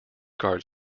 guard